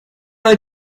all